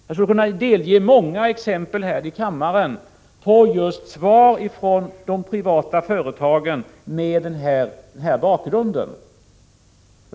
Jag skulle kunna delge kammaren många exempel på svar från de privata företagen med den här bakgrunden.